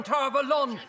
Tarvalon